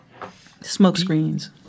Smokescreens